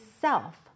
self